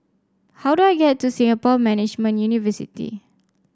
how do I get to Singapore Management University